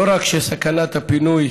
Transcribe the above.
לא רק שסכנת הפינוי